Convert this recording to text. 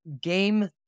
game